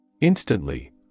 Instantly